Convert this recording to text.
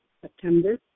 September